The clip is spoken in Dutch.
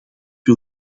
wil